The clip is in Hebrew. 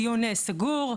דיון סגור,